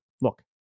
Look